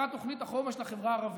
אותה תוכנית החומש לחברה הערבית,